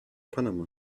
panama